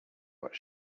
what